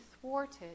thwarted